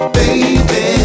baby